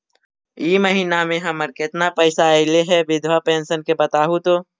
इ महिना मे हमर केतना पैसा ऐले हे बिधबा पेंसन के बताहु तो?